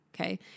okay